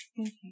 Okay